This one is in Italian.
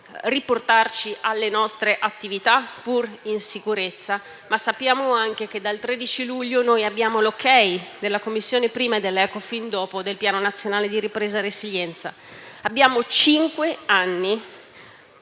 riportarci alle nostre attività in sicurezza, e sappiamo anche che dal 13 luglio abbiamo il via libera - della Commissione, prima, e dell'Ecofin dopo - al Piano nazionale di ripresa e resilienza. Abbiamo cinque anni